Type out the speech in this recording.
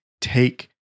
take